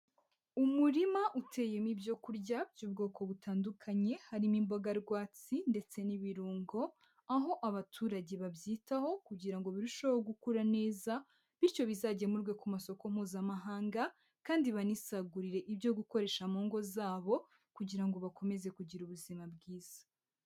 Umurima uteyemo ibyokurya by'ubwoko butandukanye harimo imboga rwatsi ndetse n'ibirungo, aho abaturage babyitaho kugira ngo birusheho gukura neza bityo bizagemurwe ku masoko mpuzamahanga kandi banisagurire ibyo gukoresha mu ngo zabo kugira ngo bakomeze kugira ubuzima bwiza.